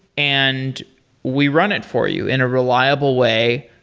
and we run it for you in a reliable way.